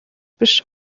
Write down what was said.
биш